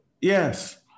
Yes